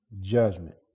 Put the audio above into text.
judgment